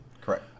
Correct